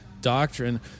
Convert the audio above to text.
doctrine